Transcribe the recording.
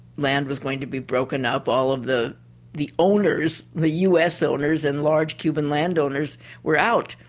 land was going to be broken up, all of the the owners, the us owners and large cuban landowners were out.